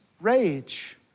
rage